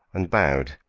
and bowed.